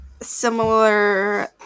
similar